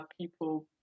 people